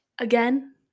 again